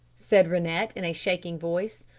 said rennett, in a shaking voice,